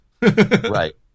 Right